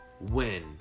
win